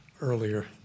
earlier